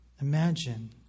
Imagine